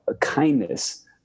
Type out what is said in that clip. kindness